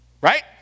Right